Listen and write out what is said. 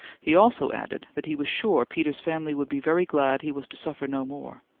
he also added that he was sure peter's family would be very glad he was to suffer no more,